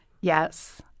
Yes